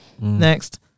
next